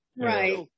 right